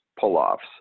pull-offs